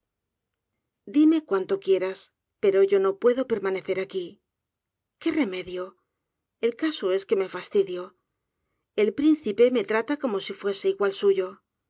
díme cuanto quieras pero yo no puedo permanecer aqui qué remedio el caso es que me fastidio el principe me trata como si fuese igual suyo